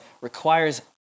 requires